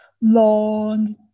long